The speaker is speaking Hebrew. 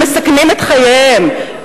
הם מסכנים את חייהם,